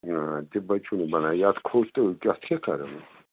آ تہِ بہٕ چھُنہٕ بنان یَتھ کھوٚت تہٕ یَتھ کیٛاہ کَرو